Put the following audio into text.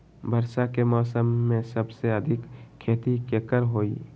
वर्षा के मौसम में सबसे अधिक खेती केकर होई?